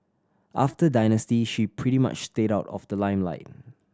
after Dynasty she pretty much stayed out of the limelight